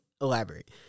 elaborate